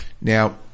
Now